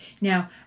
Now